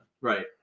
Right